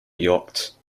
yachts